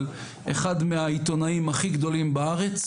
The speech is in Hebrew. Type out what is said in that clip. אחד מהעיתונאים הכי גדולים בארץ,